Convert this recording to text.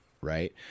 right